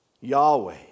Yahweh